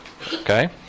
Okay